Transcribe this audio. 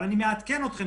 אבל אני מעדכן אתכם,